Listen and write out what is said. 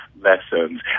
lessons